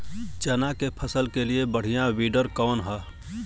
चना के फसल के लिए बढ़ियां विडर कवन ह?